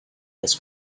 this